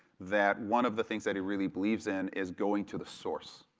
that one of the things that he really believes in is going to the source.